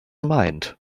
mind